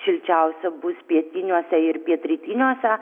šilčiausia bus pietiniuose ir pietrytiniuose